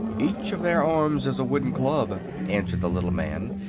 each of their arms is a wooden club, answered the little man,